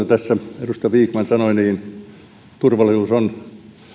tässä edustaja vikman sanoi turvallisuus on